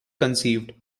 conceived